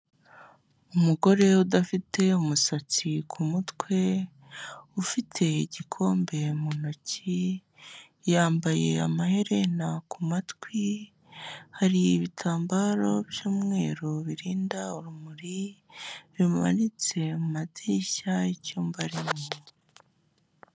Umugore udafite umusatsi ku mutwe, ufite igikombe mu ntoki, yambaye amaherena ku matwi, hari ibitambaro by'umweru birinda urumuri, bimanitse mu madirishya y'icyumba arimo.